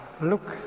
look